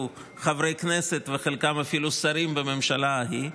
חברי כנסת וחלקם אפילו שרים בממשלה ההיא,